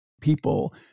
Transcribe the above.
people